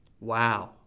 Wow